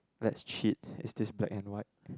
let's cheat is this black and white